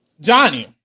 Johnny